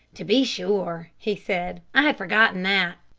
to be sure, he said. i had forgotten that.